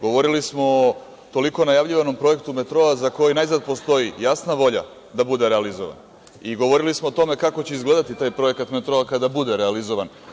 Govorili smo toliko o najavljivanom projektu metroa za kojima najzad postoji jasna volja da bude realizovan i govorili smo o tome kako će izgledati taj projekat metroa kada bude realizovan.